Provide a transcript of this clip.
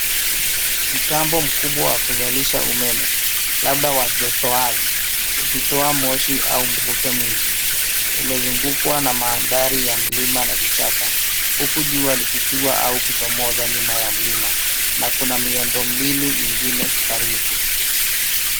Mtambo mkubwa wa kuzalisha umeme, labda wa joto ardhi, ukitoa moshi au mvuke mwingi. Umezungukwa na mandhari ya mlima na vichaka, huku jua likitua au kuchomoza nyuma ya mlima, na kuna miundombinu mingine karibu.